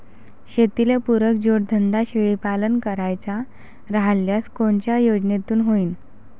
शेतीले पुरक जोडधंदा शेळीपालन करायचा राह्यल्यास कोनच्या योजनेतून होईन?